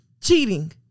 cheating